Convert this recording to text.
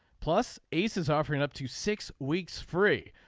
plus ace is offering up to six weeks free.